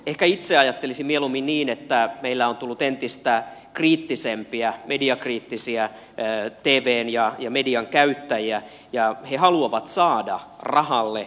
ehkä itse ajattelisin mieluummin niin että meillä on tullut entistä kriittisempiä mediakriittisiä tvn ja median käyttäjiä ja he haluavat saada rahalle vastinetta